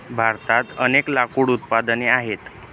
भारतात अनेक लाकूड उत्पादने आहेत